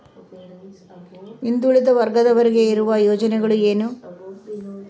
ಹಿಂದುಳಿದ ವರ್ಗದವರಿಗೆ ಇರುವ ಯೋಜನೆಗಳು ಏನು?